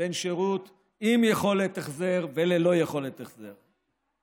בין שירות עם יכולת החזר וללא יכולת החזר.